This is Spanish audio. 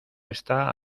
está